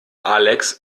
alex